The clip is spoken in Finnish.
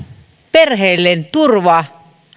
perheille turva